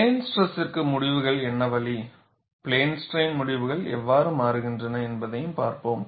plane stress ற்கு முடிவுகள் என்ன வழி பிளேன் ஸ்ட்ரைன் முடிவுகள் எவ்வாறு மாறுகின்றன என்பதையும் பார்ப்போம்